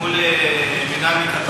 מול מינהל מקרקעי ישראל,